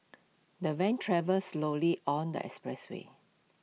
the van travelled slowly on the expressway